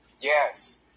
yes